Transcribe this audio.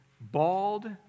bald